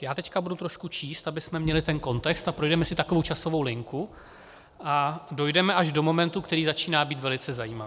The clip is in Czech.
Já teď budu trošku číst, abychom měli ten kontext, a projdeme si takovou časovou linku a dojdeme až do momentu, který začíná být velice zajímavý.